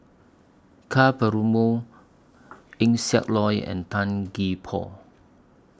Ka Perumal Eng Siak Loy and Tan Gee Paw